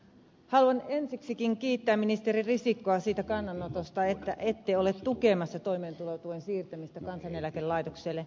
haluan ensiksikin kiittää ministeri risikkoa siitä kannanotosta että ette ole tukemassa toimeentulotuen siirtämistä kansaneläkelaitokselle